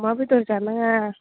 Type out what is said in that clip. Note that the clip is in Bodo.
अमा बेदर जानाङा